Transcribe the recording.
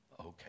okay